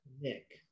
nick